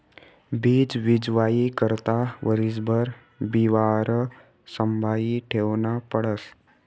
बीज बीजवाई करता वरीसभर बिवारं संभायी ठेवनं पडस